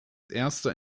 erster